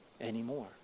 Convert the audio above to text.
anymore